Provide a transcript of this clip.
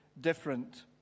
different